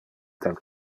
del